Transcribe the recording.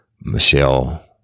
Michelle